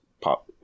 pop